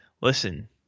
listen